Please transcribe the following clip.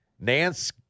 Nance